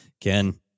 Ken